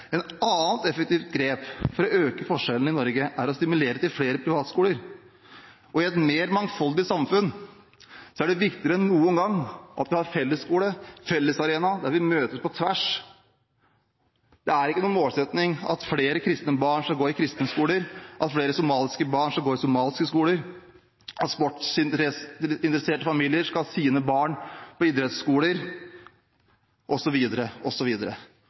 annet effektivt grep for å øke forskjellene i Norge er å stimulere til flere privatskoler. I et mer mangfoldig samfunn er det viktigere enn noen gang at vi har fellesskole, en fellesarena der vi møtes på tvers. Det er ikke noen målsetting at flere kristne barn skal gå på kristne skoler, at flere somaliske barn skal gå på somaliske skoler, at sportsinteresserte familier skal ha sine barn på idrettsskoler,